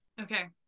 okay